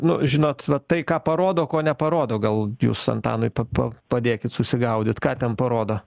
nu žinot va tai ką parodo ko neparodo gal jūs antanui pa po padėkit susigaudyt ką ten parodo